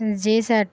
جی سر